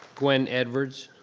gwen edwards.